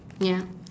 ya